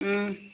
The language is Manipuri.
ꯎꯝ